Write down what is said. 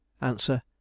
Answer